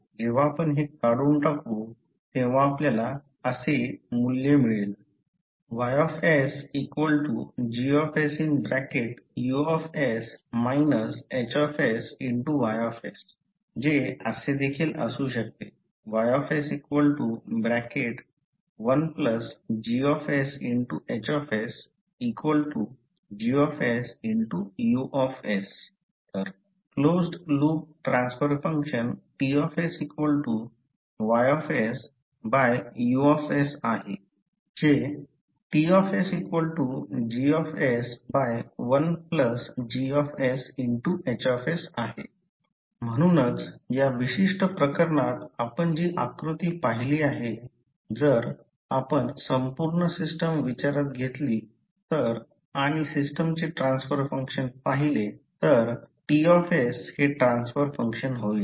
जेव्हा आपण हे काढून टाकू तेव्हा आपल्याला असे मूल्य मिळते YsGsUs HsYs जे असे देखील असू शकते Ys1GsHsGsU closed loop transfer function T YU आहे TsG1GsH म्हणूनच या विशिष्ट प्रकरणात आपण जी आकृती पाहिली आहे जर आपण संपूर्ण सिस्टम विचारात घेतली तर आणि सिस्टमचे ट्रान्सफर फंक्शन पाहिले तर T हे ट्रान्सफर फंक्शन होईल